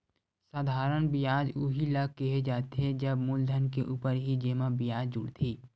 साधारन बियाज उही ल केहे जाथे जब मूलधन के ऊपर ही जेमा बियाज जुड़थे